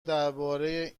درباره